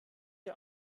der